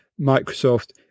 Microsoft